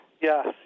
Yes